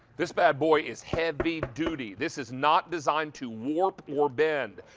this bad boy is heavy duty, this is not designed to warp or bend.